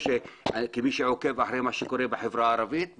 כמי שעוקב אחרי מה שקורה בחברה הערבית,